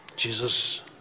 jesus